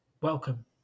Welcome